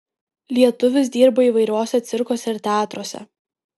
lietuvis dirba įvairiuose cirkuose ir teatruose